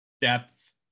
depth